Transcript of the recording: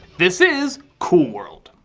this is cool world.